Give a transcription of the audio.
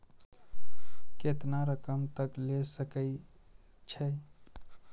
केतना रकम तक ले सके छै?